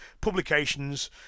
Publications